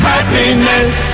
Happiness